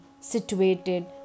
situated